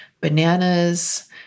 bananas